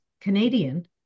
Canadian